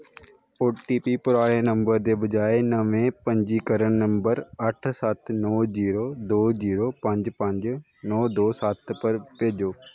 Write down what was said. ओ T P पराने number दे बजाए नमें पंजीकृन नंबर अट्ठ सत्त नौ जीरो दो जीरो पंज पंज नौ दो सत्त पर भेजो